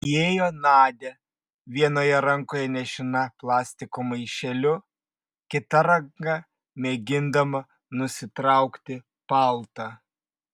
įėjo nadia vienoje rankoje nešina plastiko maišeliu kita ranka mėgindama nusitraukti paltą